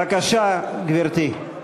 בבקשה, גברתי.